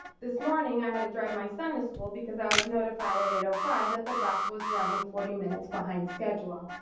this morning i had to drive my son to school because i was notified at eight five that the bus was running forty minutes behind schedule.